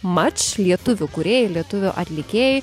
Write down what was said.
mač lietuvių kūrėjai lietuvių atlikėjai